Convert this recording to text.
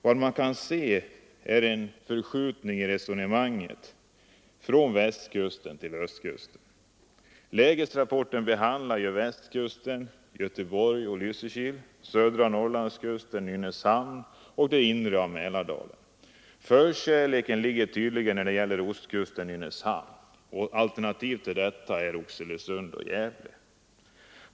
Vad man kan se är en förskjutning i resonemanget från västkusten till ostkusten. Lägesrapporten behandlar Västkusten — Göteborg och Lysekil —, södra Norrlandskusten, Nynäshamn och det inre av Mälardalen. När det gäller ostkusten har man tydligen förkärlek för Nynäshamn och alternativ till detta är Oxelösund och Gävle.